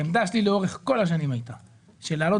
העמדה שלי לאורך כל השנים הייתה שלהעלות